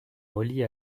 relie